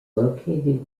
located